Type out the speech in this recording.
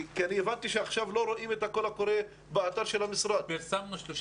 אני הבנתי שעכשיו לא רואים את הקול קורא באתר של המשרד?